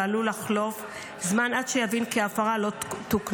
ועלול לחלוף זמן עד שיבין כי ההפרה לא תוקנה.